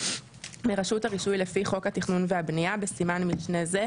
מרשות הרישוי לפי חוק התכנון והבנייה )בסימן משנה זה,